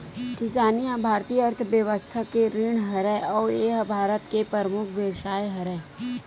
किसानी ह भारतीय अर्थबेवस्था के रीढ़ हरय अउ ए ह भारत के परमुख बेवसाय हरय